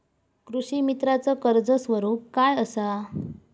कृषीमित्राच कर्ज स्वरूप काय असा?